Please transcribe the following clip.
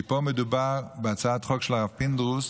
כי פה מדובר בהצעת חוק של הרב פינדרוס.